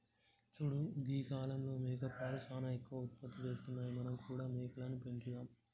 చూడు గీ కాలంలో మేకపాలు సానా ఎక్కువ ఉత్పత్తి చేస్తున్నాయి మనం కూడా మేకలని పెంచుదాం